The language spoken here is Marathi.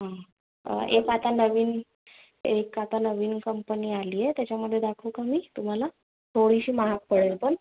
हा एक आता नवीन एक आता नवीन कंपनी आली आहे त्याच्यामध्ये दाखवू का मी तुम्हाला थोडीशी महाग पडेल पण